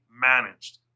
managed